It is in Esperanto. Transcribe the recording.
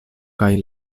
kaj